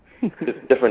different